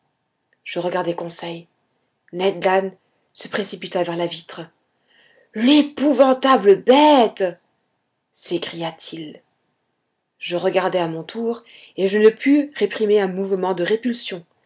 je regardai conseil ned land se précipita vers la vitre l'épouvantable bête s'écria-t-il je regardai à mon tour et je ne pus réprimer un mouvement de répulsion